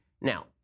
Now